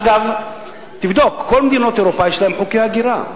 אגב, תבדוק, כל מדינות אירופה יש להן חוקי הגירה.